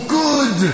good